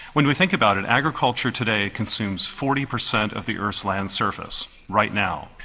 when we think about it, agriculture today consumes forty percent of the earth's land surface right now.